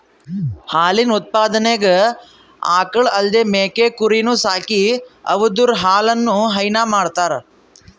ಹಾಲಿನ್ ಉತ್ಪಾದನೆಗ್ ಆಕಳ್ ಅಲ್ದೇ ಮೇಕೆ ಕುರಿನೂ ಸಾಕಿ ಅವುದ್ರ್ ಹಾಲನು ಹೈನಾ ಮಾಡ್ತರ್